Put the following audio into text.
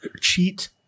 cheat